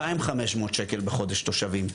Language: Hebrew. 2,500 שקל בחודש, התושבים,